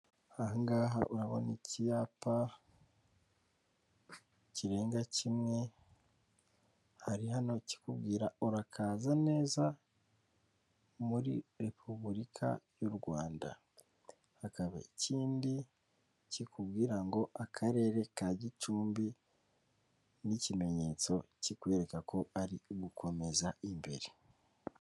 Aha urabona icyapa kirenga kimwe, hari hano kikubwira urakaza neza muri Repubulika y'u Rwanda, hakaba ikindi kikubwira ngo akarere ka Gicumbi n'ikimenyetso kikwereka ko ari ugukomeza imbere.